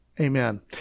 Amen